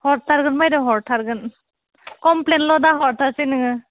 हरथारगोन बायद' हरथारगोन कमप्लेनल' दाहरथारसै नोङो